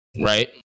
Right